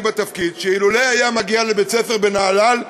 בתפקיד שאילו לא הגיע לבית-הספר בנהלל,